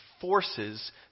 forces